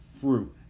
fruit